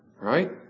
Right